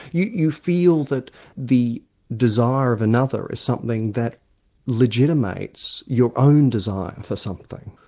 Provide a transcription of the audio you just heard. you you feel that the desire of another is something that legitimates your own desire for something.